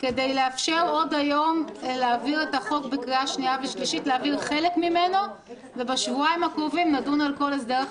כדי לאפשר עוד היום להעביר חלק מהצעת החוק בקריאה השנייה והשלישית,